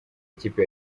ikipe